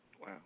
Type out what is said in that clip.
Wow